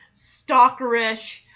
stalkerish